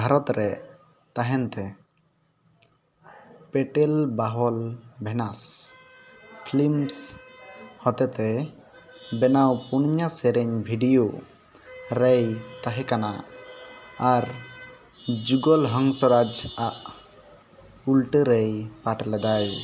ᱵᱷᱟᱨᱚᱛᱨᱮ ᱛᱟᱦᱮᱱᱛᱮ ᱯᱮᱴᱮᱞ ᱵᱟᱦᱚᱞ ᱵᱷᱮᱱᱟᱥ ᱯᱷᱞᱤᱢᱥ ᱦᱚᱛᱮᱛᱮ ᱵᱮᱱᱟᱣ ᱯᱩᱱᱭᱟ ᱥᱮᱨᱮᱧ ᱵᱷᱤᱰᱤᱭᱳ ᱨᱮᱭ ᱛᱟᱦᱮᱸᱠᱟᱱᱟ ᱟᱨ ᱡᱩᱜᱚᱞ ᱦᱚᱝᱥᱚᱨᱟᱡᱟᱜ ᱩᱞᱴᱟᱹᱨᱮᱭ ᱯᱟᱴᱷ ᱞᱮᱫᱟᱭ